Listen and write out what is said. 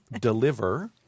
Deliver